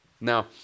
Now